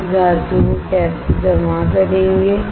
आप इस धातु को कैसे जमा करेंगे